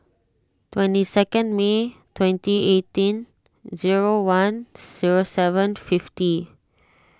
twenty second May twenty eighteen zero one zero seven fifty